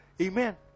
amen